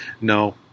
no